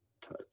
touch